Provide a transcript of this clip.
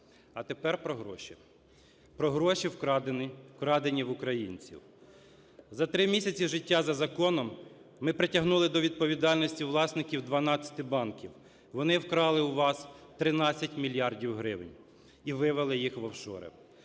А тепер про гроші, про гроші, вкрадені в українців. За три місяці життя за законом ми притягнули до відповідальності власників 12 банків, вони вкрали у вас 13 мільярдів гривень і вивели їх в офшори.